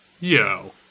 yo